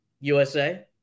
USA